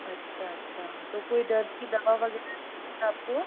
अच्छा अच्छा तो कोई दर्द की दवा वगैरह आप को